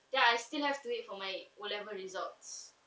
then I still have to wait for my O level results